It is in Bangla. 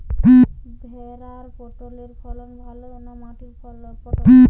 ভেরার পটলের ফলন ভালো না মাটির পটলের?